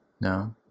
No